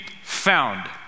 found